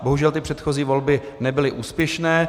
Bohužel ty předchozí volby nebyly úspěšné.